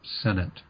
Senate